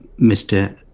mr